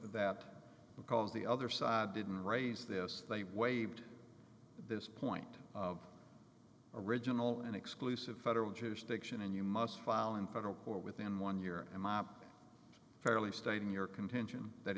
that because the other side didn't raise this they waived this point of original and exclusive federal juice stiction and you must file in federal court within one year fairly stating your contention that